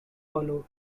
hollow